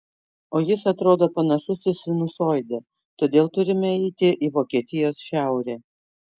o jis atrodo panašus į sinusoidę todėl turime eiti į vokietijos šiaurę